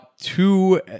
two